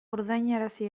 ordainarazi